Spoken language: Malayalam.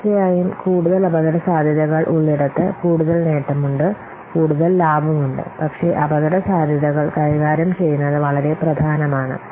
തീർച്ചയായും കൂടുതൽ അപകടസാധ്യതകൾ ഉള്ളിടത്ത് കൂടുതൽ നേട്ടമുണ്ട് കൂടുതൽ ലാഭമുണ്ട് പക്ഷേ അപകടസാധ്യതകൾ കൈകാര്യം ചെയ്യുന്നത് വളരെ പ്രധാനമാണ്